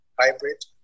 hybrid